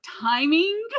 timing